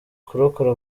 kurokora